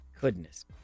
Goodness